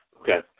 Okay